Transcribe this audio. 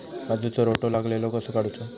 काजूक रोटो लागलेलो कसो काडूचो?